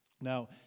now